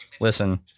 listen